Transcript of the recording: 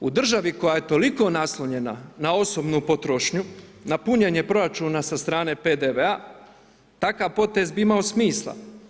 U državi koja je toliko naslonjena na osobnu potrošnju, na punjenje proračuna sa strane PDV-a, takav potez bi imao smisla.